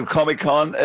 Comic-Con